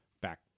back